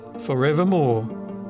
forevermore